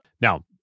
Now